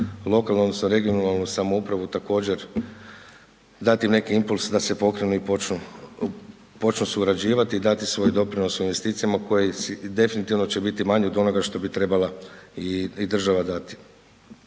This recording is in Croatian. odnosno regionalnu samoupravu također, dati neki impuls da se pokrene i počnu surađivati i dati svoj doprinos u investicijama koje definitivno će biti manje od onoga što bi trebala i država dati.